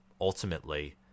ultimately